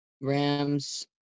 Rams